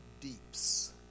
deeps